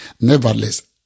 nevertheless